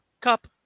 Cup